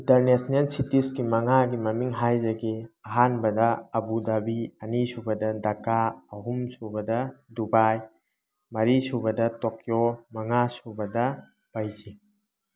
international ꯁꯤꯇꯤꯁꯀꯤ ꯃꯉꯥꯒꯤ ꯃꯃꯤꯡ ꯍꯥꯏꯖꯒꯦ ꯑꯍꯥꯟꯕꯗ ꯑꯕꯨꯗꯥꯕꯤ ꯑꯅꯤꯁꯨꯕꯗ ꯗꯛꯀꯥ ꯑꯍꯨꯝ ꯁꯨꯕꯗ ꯗꯨꯕꯥꯏ ꯃꯔꯤ ꯁꯨꯕꯗ ꯇꯣꯀꯤꯌꯣ ꯃꯉꯥ ꯁꯨꯕꯗ ꯕꯩꯖꯤꯡ